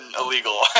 illegal